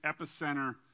epicenter